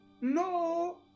No